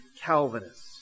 Calvinists